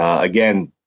again,